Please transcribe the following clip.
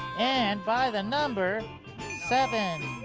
and by the number seven.